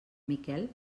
miquel